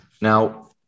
Now